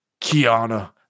Kiana